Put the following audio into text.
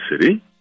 city